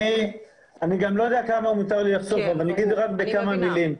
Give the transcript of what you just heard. יודע כמה מותר לי לחשוף, אני אגיד רק בכמה מילים.